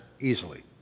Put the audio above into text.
easily